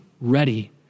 ready